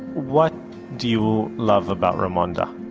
what do you love about raymonda.